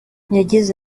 yagize